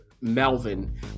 Melvin